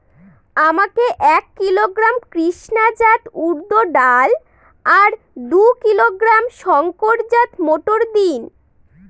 আমাকে এক কিলোগ্রাম কৃষ্ণা জাত উর্দ ডাল আর দু কিলোগ্রাম শঙ্কর জাত মোটর দিন?